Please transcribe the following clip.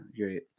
great